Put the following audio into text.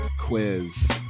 Quiz